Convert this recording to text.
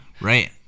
right